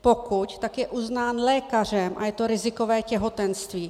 Pokud, tak je uznán lékařem a je to rizikové těhotenství.